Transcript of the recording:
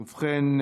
ובכן,